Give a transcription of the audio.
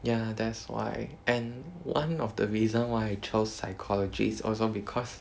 ya that's why and one of the reason why I chose psychology is also because